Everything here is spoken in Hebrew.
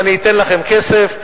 אני אתן לכם כסף.